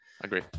agree